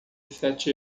sete